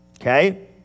Okay